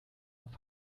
auf